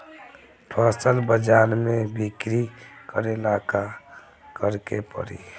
फसल बाजार मे बिक्री करेला का करेके परी?